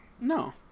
No